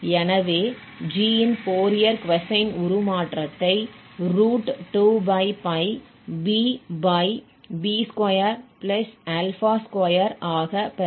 எனவே g இன் Fourier cosine உருமாற்றத்தை 2bb22 ஆக பெறலாம்